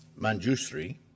Manjushri